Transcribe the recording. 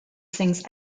sings